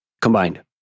combined